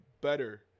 better